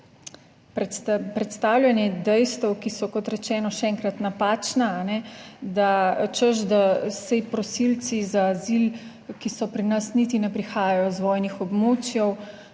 predstavljanje dejstev, ki so, kot rečeno, še enkrat, napačna, da češ, da saj prosilci za azil, ki so pri nas, niti ne prihajajo iz vojnih območij,